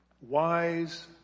Wise